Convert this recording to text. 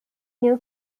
new